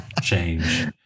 change